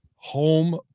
Home